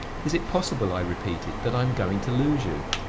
is it possible, i repeated, that i am going to lose you?